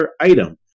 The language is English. item